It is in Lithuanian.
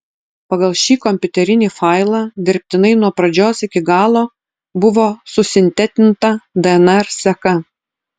pagal šį kompiuterinį failą dirbtinai nuo pradžios iki galo buvo susintetinta dnr seka